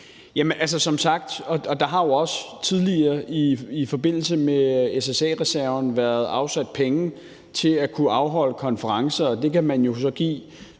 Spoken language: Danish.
Hummelgaard): Som sagt har der jo også tidligere i forbindelse med SSA-reserven været afsat penge til at kunne afholde konferencer, og det kan man jo så give